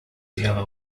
yellow